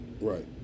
Right